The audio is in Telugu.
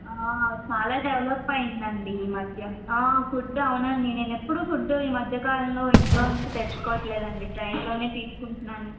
ఆ చాలా డెవలప్ అయ్యిందండి ఈ మధ్య ఆ ఫుడ్ అవును నేను ఎప్పుడు ఫుడ్ ఈ మధ్యకాలంలో ఇంట్లో నుంచి తెచ్చుకోవటం లేదండి ట్రైన్లోనే తీసుకుంటున్నాను